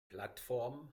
plattform